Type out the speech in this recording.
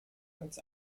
als